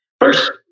First